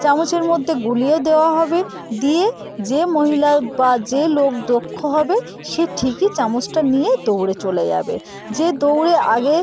চামচের মধ্যে গুলিও দেওয়া হবে দিয়ে যে মহিলা বা যে লোক দক্ষ হবে সে ঠিকই চামচটা নিয়ে দৌড়ে চলে যাবে যে দৌড়ে আগে